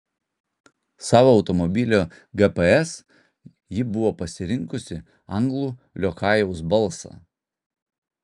savo automobilio gps ji buvo pasirinkusi anglų liokajaus balsą